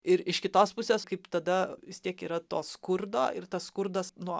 ir iš kitos pusės kaip tada vis tiek yra to skurdo ir tas skurdas nu